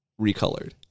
recolored